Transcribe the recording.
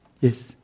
Yes